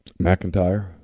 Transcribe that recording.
McIntyre